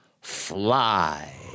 fly